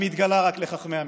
המתגלה רק לחכמי משפט,